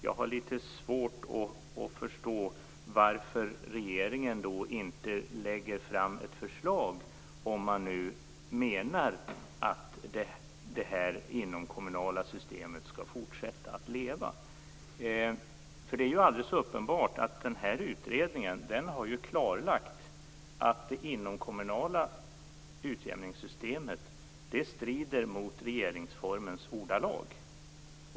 Jag har litet svårt att förstå varför regeringen inte lägger fram ett förslag, om man nu menar att det inomkommunala utjämningssystemet skall fortsätta att leva. Det är alldeles uppenbart att utredningen klarlagt att det inomkommunala utjämningssystemet strider mot regeringsformens ordalag.